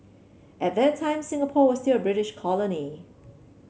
at that time Singapore was still a British colony